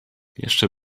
jeszcze